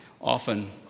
Often